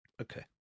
okay